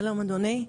שלום, אדוני,